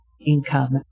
income